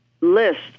list